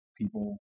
people